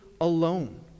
alone